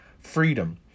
freedom